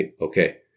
Okay